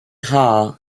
hall